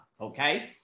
okay